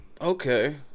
okay